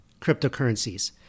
cryptocurrencies